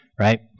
right